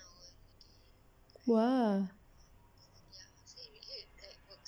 !wah!